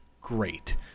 Great